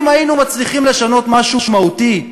אם היינו מצליחים לשנות משהו מהותי,